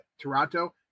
Toronto